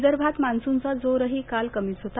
विदर्भात मान्सूनचा जोरही काल कमीच होता